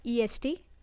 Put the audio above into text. est